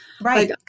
Right